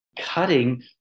cutting